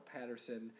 Patterson